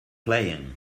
playing